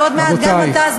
ועוד מעט גם אתה,